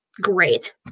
Great